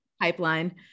pipeline